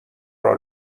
راه